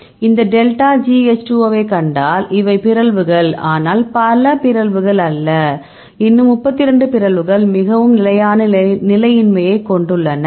இந்த delta G H 2 O ஐ கண்டால் இவை பிறழ்வுகள் ஆனால் பல பிறழ்வுகள் அல்ல இன்னும் 32 பிறழ்வுகள் மிகவும் நிலையான நிலையின்மைக் கொண்டுள்ளன